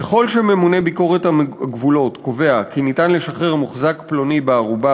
ככל שממונה ביקורת הגבולות קובע כי ניתן לשחרר מוחזק פלוני בערובה,